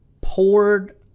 poured